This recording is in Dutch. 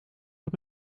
het